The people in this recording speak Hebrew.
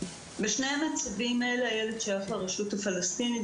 בשני המצבים האלה הילד שייך לרשות הפלסטינית.